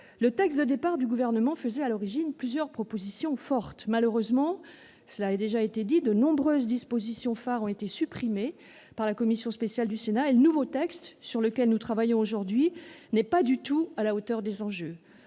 Le texte initial du Gouvernement contenait plusieurs propositions fortes. Malheureusement, de nombreuses dispositions phares ont été supprimées par la commission spéciale du Sénat, et le texte sur lequel nous travaillons aujourd'hui n'est pas du tout à la hauteur des enjeux.